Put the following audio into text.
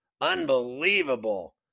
Unbelievable